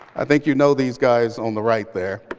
i think you know these guys on the right there.